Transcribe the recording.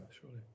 surely